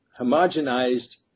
homogenized